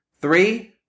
three